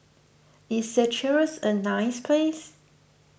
is Seychelles a nice place